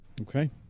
Okay